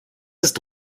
ist